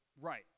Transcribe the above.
right